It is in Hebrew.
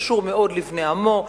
הקשור מאוד לבני עמו,